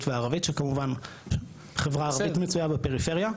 והערבית שכמובן חברה ערבית מצויה בפריפריה.